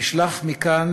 נשלח מכאן,